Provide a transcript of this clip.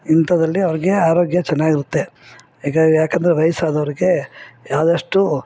ಇಂಥದ್ರಲ್ಲಿ ಅವ್ರಿಗೆ ಆರೋಗ್ಯ ಚೆನ್ನಾಗಿರುತ್ತೆ ಯಾಕಂದರೆ ವಯಸ್ಸಾದವ್ರಿಗೆ ಆದಷ್ಟು